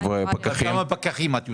כמה פקחים את יודעת?